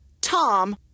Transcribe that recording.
Tom